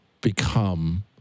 become